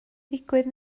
ddigwydd